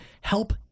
help